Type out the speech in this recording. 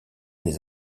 des